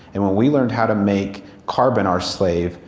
and when we learned how to make carbon our slave,